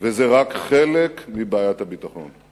וזה רק חלק מבעיית הביטחון.